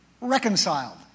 reconciled